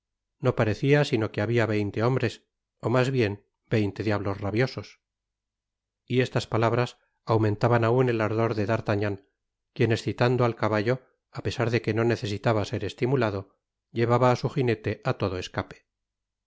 no parecia sino que habia veinte hombres ó mas bien veinte diablos rabiosos y estas palabras aumentaban aun el ardor de d'artagnan quien escitando al caballo á pesar de que no necesitaba ser estimulado llevaba á su jiaete á todo escape